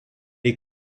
est